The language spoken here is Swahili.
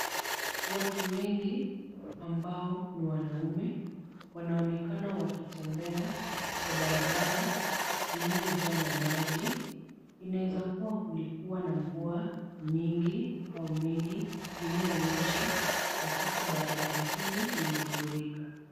Watu wengi ambao ni wanaume. Wanaonekana wakitembea kwa barabara lililojaa na maji. Inaeza kuwa kulikuwa na mvua mingi au mengi lililonyesha na sasa barabara hili limefurika.